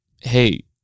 Hey